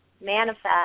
manifest